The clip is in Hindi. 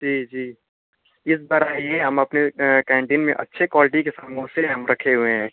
जी जी इस बार आइए हम अपने कैंटीन में अच्छे क्वालिटी के समोसे हम रखे हुए हैं